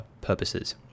purposes